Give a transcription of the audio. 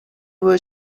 were